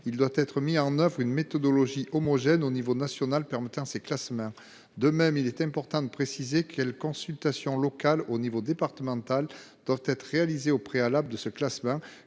il doit être mis en oeuvre une méthodologie homogène au niveau national permettant ce classement. De même, il est important de préciser les consultations locales qui doivent être réalisées au niveau départemental